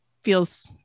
feels